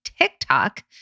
TikTok